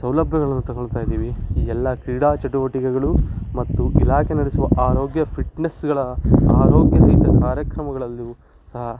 ಸೌಲಭ್ಯಗಳನ್ನು ತೊಗೊಳ್ತಾ ಇದ್ದೀವಿ ಈ ಎಲ್ಲ ಕ್ರೀಡಾ ಚಟುವಟಿಕೆಗಳು ಮತ್ತು ಇಲಾಖೆ ನಡೆಸುವ ಆರೋಗ್ಯ ಫಿಟ್ನೆಸ್ಗಳ ಆರೋಗ್ಯರಹಿತ ಕಾರ್ಯಕ್ರಮಗಳಲ್ಲಿಯೂ ಸಹ